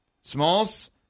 Smalls